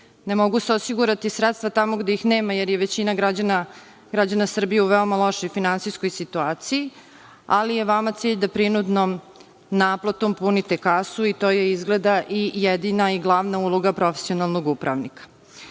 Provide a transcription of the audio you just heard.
Ne mogu se osigurati sredstva tamo gde ih nema, jer je većina građana Srbije u veoma lošoj finansijskoj situaciji, ali je vama cilj da prinudnom naplatom punite kasu, i to je izgleda, jedina i glavna uloga profesionalnog upravnika. Mi